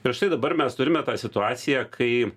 ir štai dabar mes turime tą situaciją kai